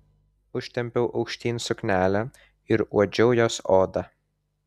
užtempiau aukštyn suknelę ir uodžiau jos odą